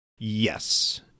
Yes